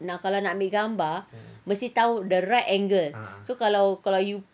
nak kalau nak ambil gambar mesti tahu the right angle so kalau kalau you